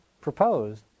proposed